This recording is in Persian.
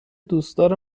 دوستدار